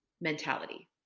mentality